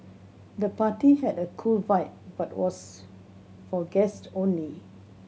the party had a cool vibe but was for guest only